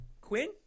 Quinn